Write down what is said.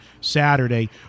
Saturday